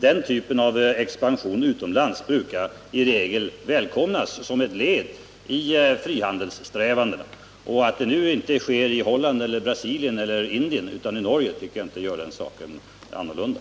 Den typen av expansion utomlands brukar i regel välkomnas som ett led i frihandelssträvandena. Att den nu inte sker i Holland, Brasilien eller Indien utan i Norge tycker jag inte gör någon skillnad.